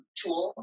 tool